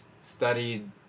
studied